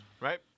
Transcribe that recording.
Right